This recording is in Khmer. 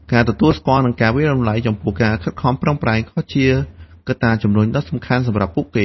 ការទទួលស្គាល់ និងការវាយតម្លៃចំពោះការខិតខំប្រឹងប្រែង ក៏ជាកត្តាជំរុញដ៏សំខាន់សម្រាប់ពួកគេ។